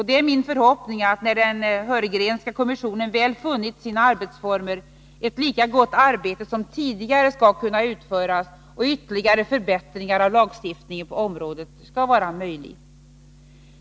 Det är min förhoppning att när den Heurgrenska kommissionen väl funnit sina arbetsformer ett lika gott arbete som tidigare skall kunna utföras och ytterligare förbättringar av lagstiftningen på området vara möjliga.